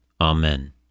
amen